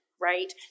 right